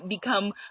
become